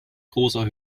großer